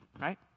right